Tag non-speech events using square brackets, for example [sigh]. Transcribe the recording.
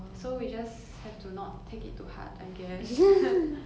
so we just have to not take it to heart I guess [noise]